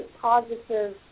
positive